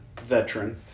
veteran